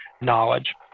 knowledge